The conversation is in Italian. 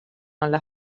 alla